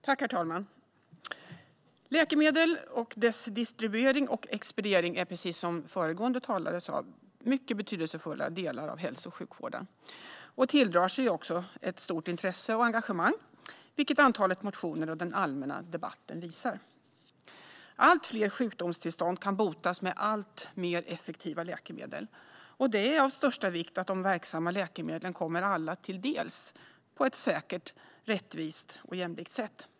Herr talman! Läkemedel och deras distribuering och expediering är, precis som föregående talare sa, mycket betydelsefulla delar av hälso och sjukvården och tilldrar sig också ett stort intresse och engagemang, vilket antalet motioner och den allmänna debatten visar. Allt fler sjukdomstillstånd kan botas med alltmer effektiva läkemedel, och det är av största vikt att de verksamma läkemedlen kommer alla till del på ett säkert, rättvist och jämlikt sätt.